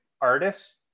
artist